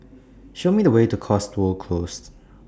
Show Me The Way to Cotswold Close